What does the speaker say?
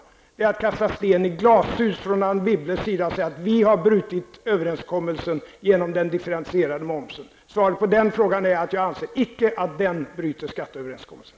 Det är att kasta sten i glashus från Anne Wibbles sida att säga att socialdemokraterna har brutit överenskommelsen genom förslag om en differentierad moms. Svaret på frågan är att jag inte anser att det bryter mot skatteöverenskommelsen.